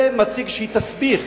זה מציג איזשהו תסביך,